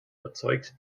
erzeugt